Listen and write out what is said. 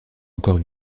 encore